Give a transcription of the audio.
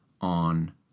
on